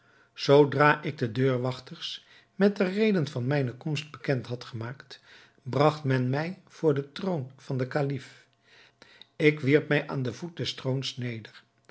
zoodra ik de deurwachters met de reden van mijne komst bekend had gemaakt bragt men mij voor den troon van den kalif ik wierp mij aan den voet des troons neder